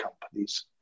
companies